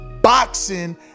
boxing